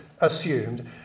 assumed